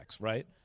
right